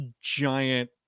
giant